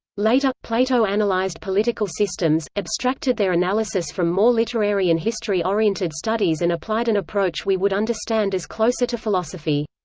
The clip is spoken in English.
later, plato analyzed political systems, abstracted their analysis from more literary and history oriented studies and applied an approach we would understand as closer to philosophy.